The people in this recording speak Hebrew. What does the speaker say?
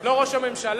לא ראש הממשלה,